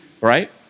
right